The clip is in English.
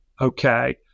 okay